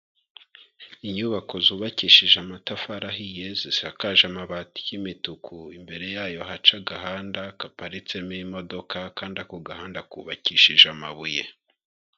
Inyubako zubakishije amatafari ahiye, zisakaje amabati y'imituku, imbere yayo haca agahanda gaparitsemo imodoka kandi ako gahanda kubakishije amabuye.